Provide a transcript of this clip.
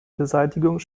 beseitigung